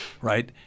right